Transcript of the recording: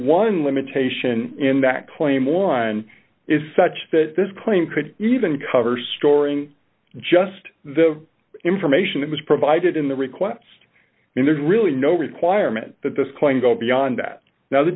one limitation in that claim line is such that this plane could even cover storing just the information that was provided in the request and there's really no requirement that this claim go beyond that now the